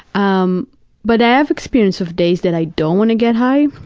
um but i have experience of days that i don't want to get high,